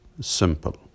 simple